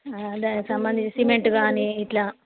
దానికి సంబంధించి సిమెంట్ గానీ ఇట్లా